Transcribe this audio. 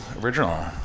original